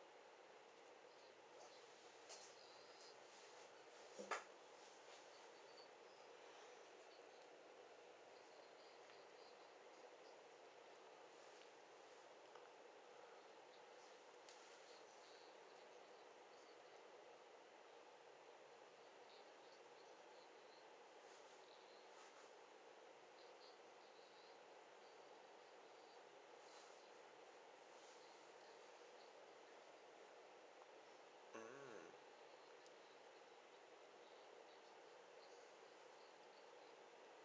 mm